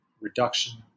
reduction